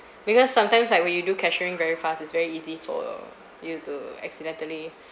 because sometimes like when you do cashiering very fast it's very easy for you to accidentally